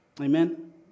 Amen